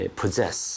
possess